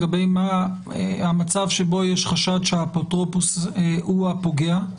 כאשר יש חשד שהאפוטרופוס הוא הפוגע?